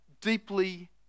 deeply